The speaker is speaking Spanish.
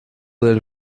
del